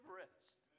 rest